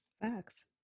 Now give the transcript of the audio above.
Facts